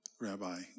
Rabbi